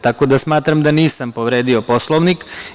Tako da smatram da nisam povredio Poslovnik.